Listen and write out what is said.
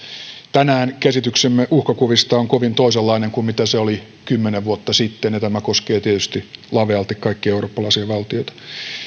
tänään käsityksemme uhkakuvista on kovin toisenlainen kuin mitä se oli kymmenen vuotta sitten ja tämä koskee tietysti lavealti kaikkia eurooppalaisia valtioita